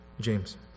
James